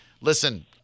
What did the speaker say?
listen